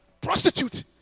prostitute